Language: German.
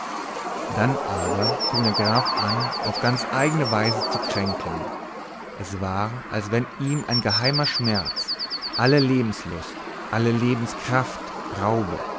dann fing aber der graf an auf ganz eigne weise zu kränkeln es war als wenn ihm ein geheimer schmerz alle lebenslust alle lebenskraft raube